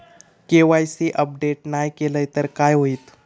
KYC update नाय केलय तर काय होईत?